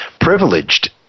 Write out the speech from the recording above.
privileged